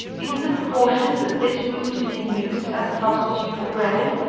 in the proportion that this root is in use, as a substitute for bread,